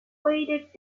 weighted